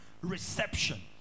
reception